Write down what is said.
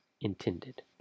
intended